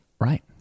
Right